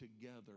together